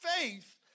faith